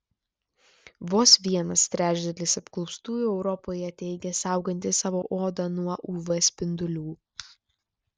vos vienas trečdalis apklaustųjų europoje teigia saugantys savo odą nuo uv spindulių